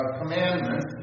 commandment